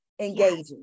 engaging